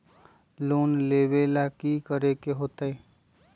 Loan लेवेला की करेके होतई?